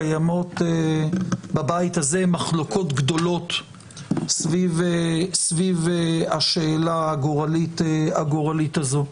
קיימות בבית הזה מחלוקות גדולות סביב השאלה הגורלית הזו.